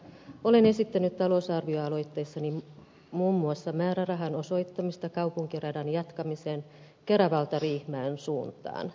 olen esittänyt lisätalousarvioaloitteissani muun muassa määrärahan osoittamista kaupunkiradan jatkamiseen keravalta riihimäen suuntaan